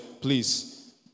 please